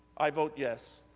i vote yes.